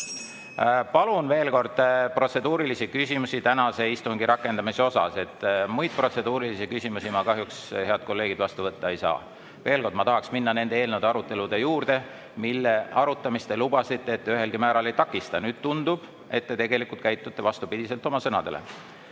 Palun veel kord: [esitage] protseduurilisi küsimusi tänase istungi rakendamise kohta. Muid protseduurilisi küsimusi ma kahjuks, head kolleegid, vastu võtta ei saa. Veel kord, ma tahaks minna nende eelnõude arutelu juurde, mille puhul te lubasite, et te nende arutamist ühelgi määral ei takista. Nüüd tundub, et te tegelikult käitute vastupidiselt oma sõnadele.